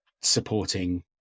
supporting